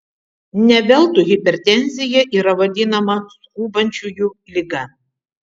ne veltui hipertenzija yra vadinama skubančiųjų liga